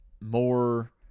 more